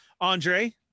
Andre